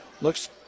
looks